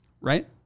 Right